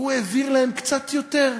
הוא העביר להם קצת יותר,